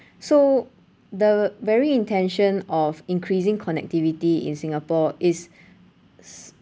so the very intention of increasing connectivity in singapore is